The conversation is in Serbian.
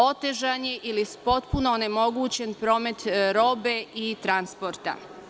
Otežan je ili potpuno onemogućen promet robe ili transporta.